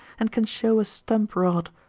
and can show a stump rod,